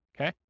okay